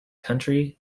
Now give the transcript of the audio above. country